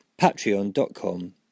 Patreon.com